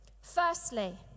Firstly